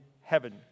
heaven